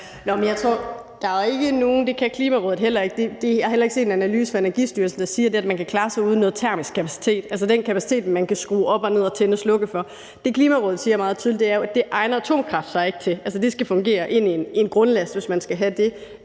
sig uden noget termisk kapacitet. Jeg har heller ikke set en analyse fra Energistyrelsen, der siger, at man kan klare sig uden termisk kapacitet, altså den kapacitet, man kan skrue op og ned og tænde og slukke for. Det, Klimarådet meget tydeligt siger, er, at det egner atomkraft sig ikke til, for det skal fungere i en grundlast, hvis man skal have det